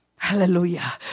Hallelujah